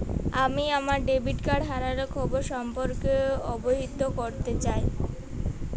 আমি আমার debit card হারানোর খবর সম্পর্কে অবহিত করতে চাই